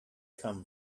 come